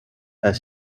and